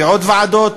בעוד ועדות,